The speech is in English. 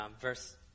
verse